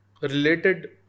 related